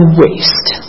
waste